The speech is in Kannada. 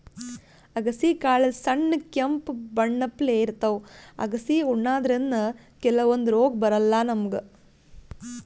ಅಗಸಿ ಕಾಳ್ ಸಣ್ಣ್ ಕೆಂಪ್ ಬಣ್ಣಪ್ಲೆ ಇರ್ತವ್ ಅಗಸಿ ಉಣಾದ್ರಿನ್ದ ಕೆಲವಂದ್ ರೋಗ್ ಬರಲ್ಲಾ ನಮ್ಗ್